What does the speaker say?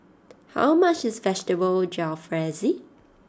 how much is Vegetable Jalfrezi